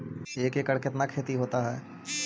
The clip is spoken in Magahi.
एक एकड़ कितना खेति होता है?